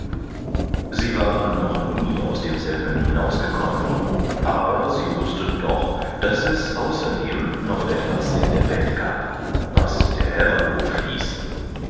sie waren nie aus demselben hinaus gekommen aber sie wußten doch daß es außerdem noch etwas in der welt gab was der herrenhof hieß